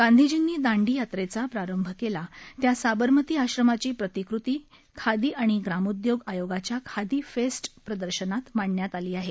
गांधीजींनी दांडी यात्रेचा प्रारंभ केला त्या साबरमती आश्रमाची प्रतिकृती खादी आणि ग्रामोद्योग आयोगाच्या खादी फेस्ट प्रदर्शनात मांडण्यात आली आहे